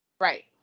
Right